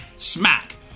smack